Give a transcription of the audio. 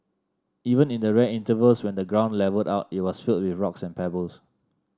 even in the rare intervals when the ground levelled out it was filled with rocks and pebbles